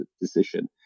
decision